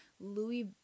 Louis